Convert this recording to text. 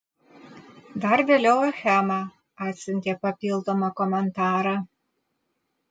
dar vėliau achema atsiuntė papildomą komentarą